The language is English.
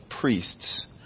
priests